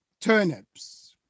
turnips